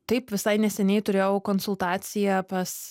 taip visai neseniai turėjau konsultaciją pas